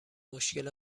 مشکل